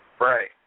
Right